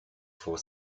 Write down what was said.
four